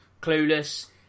clueless